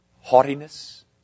haughtiness